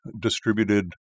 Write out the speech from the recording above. distributed